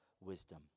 wisdom